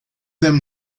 them